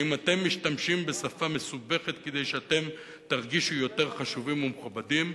האם אתם משתמשים בשפה מסובכת כדי שאתם תרגישו יותר חשובים ומכובדים?